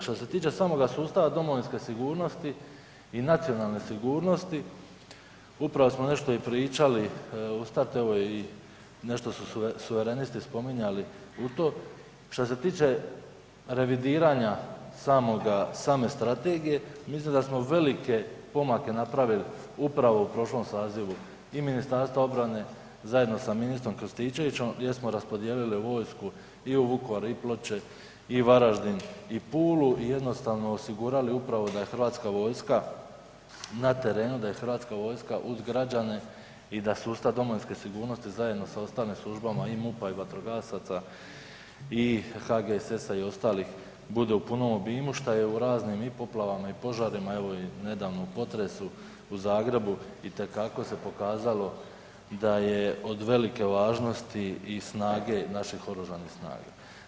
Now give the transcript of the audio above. Što se tiče samoga sustava domovinske sigurnosti i nacionalne sigurnosti, upravo smo nešto i pričali … evo nešto su i Suverenisti spominjali u to, što se tiče revidiranja same strategije, mislim da smo velike pomake napravili upravo u prošlom sazivu i Ministarstva obrane zajedno sa ministrom Krstičevićom gdje smo raspodijelili vojsku i u Vukovar i Ploče i Varaždin i Pulu i jednostavno osigurali upravo da je hrvatska vojska na terenu, da je hrvatska vojska uz građane i da sustav domovinske sigurnosti zajedno sa ostalim službama i MUP-a i vatrogasaca i HGSS-a i ostalih bude u punom obimu što je u raznim i poplavama i požarima, evo nedavno i potresu u Zagrebu itekako se pokazalo da je od velike važnosti i snage naših oružanih snaga.